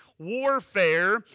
warfare